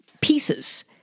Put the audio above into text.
pieces